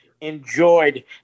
enjoyed